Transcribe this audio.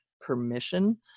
permission